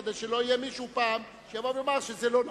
כדי שלא יבוא פעם מישהו ויאמר שזה לא נכון.